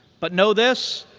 but know this.